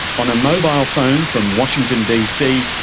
on a mobile phone from washington dc,